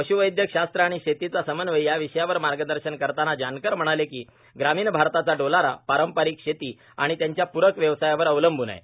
पश्वैद्यक शास्त्र आणि शेतीचा समन्वय या विषयावर मार्गदर्शन करतांना जानकर म्हणाले की ग्रामिण भारताचा डोलारा पारंपारिक शेती आणि त्याच्या पूरक व्यवसायावर अवलंबून आहे